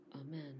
Amen